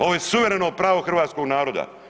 Ovo je suvereno pravo hrvatskog naroda.